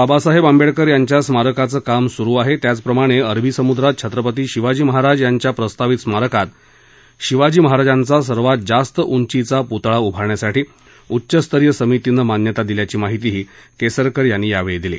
बाबासाहेब आंबेडकर यांच्या स्मारकाचं काम सूरू आहे त्याचप्रमाणे अरबी समुद्रात छत्रपती शिवाजी महाराज यांच्या प्रस्तावित स्मारकात शिवाजी महाराजांचा सर्वात जास्त उंचीचा प्तळा उभारण्यासाठी उच्चस्तरीय समितीनं मान्यता दिल्याची माहिती केसरकर यांनी यावेळी दिली